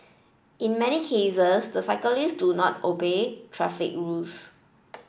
in many cases the cyclists do not obey traffic rules